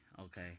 Okay